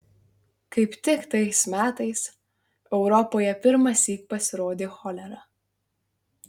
kaip tik tais metais europoje pirmąsyk pasirodė cholera